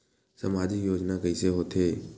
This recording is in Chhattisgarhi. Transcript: सामजिक योजना कइसे होथे?